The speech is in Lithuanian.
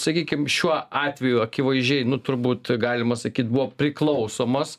sakykim šiuo atveju akivaizdžiai nu turbūt galima sakyt buvo priklausomas